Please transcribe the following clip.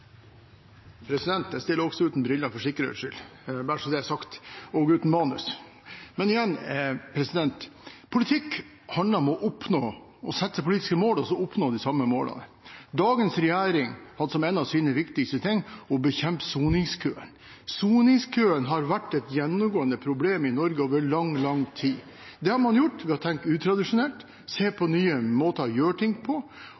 Jeg stiller også uten briller for sikkerhets skyld – bare så det er sagt – og uten manus. Politikk handler om å sette seg politiske mål og å oppnå de samme målene. Dagens regjering hadde som en av sine viktigste ting å bekjempe soningskøen – soningskøen har vært et gjennomgående problem i Norge over lang, lang tid – og det har man gjort ved å tenke utradisjonelt, se på nye måter å gjøre ting på,